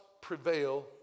prevail